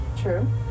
True